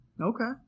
Okay